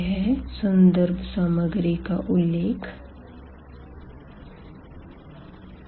यह संदर्भ सामग्री का उल्लेख है